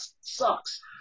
sucks